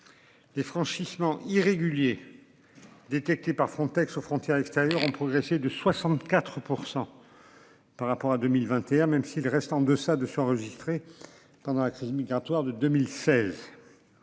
Des franchissements irréguliers. Détectés par Frontex aux frontières extérieures ont progressé de 64%. Par rapport à 2021, même s'il reste en deçà de ceux enregistrés pendant la crise migratoire de 2016.